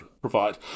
provide